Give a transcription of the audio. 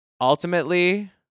Ultimately